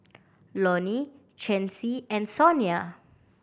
Lonny Chancey and Sonia